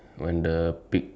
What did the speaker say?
if you don't mind ah